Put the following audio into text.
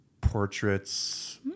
portraits